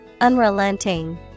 Unrelenting